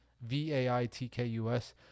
V-A-I-T-K-U-S